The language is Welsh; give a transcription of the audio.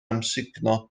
amsugno